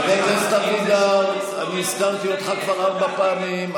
חבר הכנסת אבידר, אני הזכרתי אותך כבר ארבע פעמים.